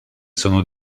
sono